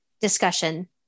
discussion